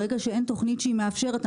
ברגע שאין תוכנית שמאפשרת,